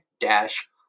dash